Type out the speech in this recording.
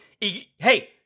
hey